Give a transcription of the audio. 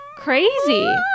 crazy